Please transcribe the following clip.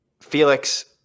Felix